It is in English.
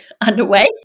underway